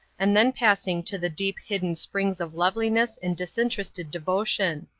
and then passing to the deep hidden springs of loveliness and disinterested devotion.